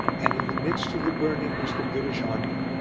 and in the midst of the burning was the british army.